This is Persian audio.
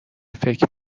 فکر